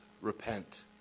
repent